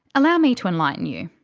allow me to enlighten you.